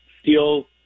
steel